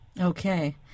Okay